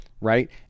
right